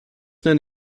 nenne